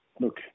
look